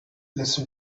listen